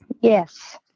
Yes